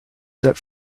set